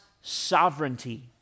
sovereignty